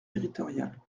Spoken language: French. territoriales